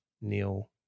Neil